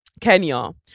kenya